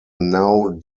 now